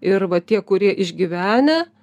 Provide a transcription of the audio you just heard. ir va tie kurie išgyvenę